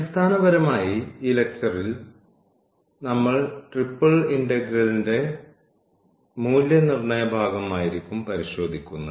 അടിസ്ഥാനപരമായി ഈ ലെക്ച്ചറിൽ നമ്മൾ ട്രിപ്പിൾ ഇന്റഗ്രൽൻറെ മൂല്യനിർണ്ണയ ഭാഗം ആയിരിക്കും പരിശോധിക്കുന്നത്